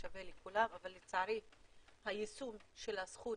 שווה לכולם אבל לצערי היישום של הזכות,